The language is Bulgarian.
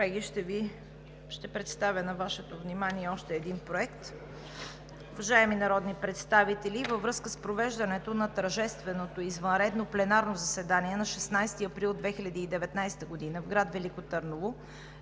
Ви. Колеги, ще представя на Вашето внимание още един проект. Уважаеми народни представители, във връзка с провеждането на тържественото извънредно пленарно заседание на 16 април 2019 г. в град Велико Търново